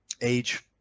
age